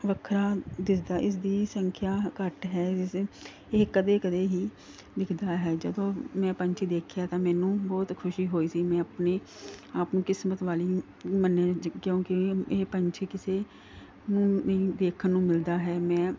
ਵੱਖਰਾ ਦਿਸਦਾ ਇਸ ਦੀ ਸੰਖਿਆ ਘੱਟ ਹੈ ਇਸ ਇਹ ਕਦੇ ਕਦੇ ਹੀ ਦਿਖਦਾ ਹੈ ਜਦੋਂ ਮੈਂ ਪੰਛੀ ਦੇਖਿਆ ਤਾਂ ਮੈਨੂੰ ਬਹੁਤ ਖੁਸ਼ੀ ਹੋਈ ਸੀ ਮੈਂ ਆਪਣੇ ਆਪ ਨੂੰ ਕਿਸਮਤ ਵਾਲੀ ਮੰਨਿਆ ਜ ਕਿਉਂਕਿ ਇਹ ਪੰਛੀ ਕਿਸੇ ਨੂੰ ਨਹੀਂ ਦੇਖਣ ਨੂੰ ਮਿਲਦਾ ਹੈ ਮੈਂ